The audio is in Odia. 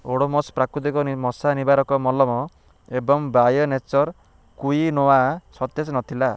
ଓଡ଼ୋମସ୍ ପ୍ରାକୃତିକ ମଶା ନିବାରକ ମଲମ ଏବଂ ବାଇ ନେଚର କ୍ୱିନୋଆ ସତେଜ ନଥିଲା